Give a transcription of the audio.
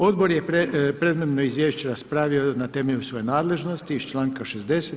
Odbor je predmetno izvješće raspravio na temelju svoje nadležnosti iz članka 60.